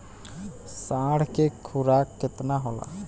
साढ़ के खुराक केतना होला?